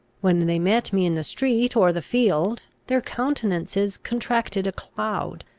when they met me in the street or the field, their countenances contracted a cloud,